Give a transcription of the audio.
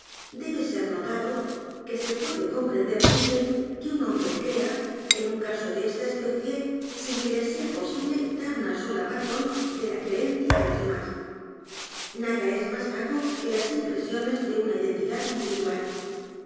debe s e r notado que se puede comprender muy bien que un hombre crea en un caso de esta especie sin que le sea posible dar u n a sola razón de la creencia á los d e m á s nada es más vago que las impresiones de una identidad individual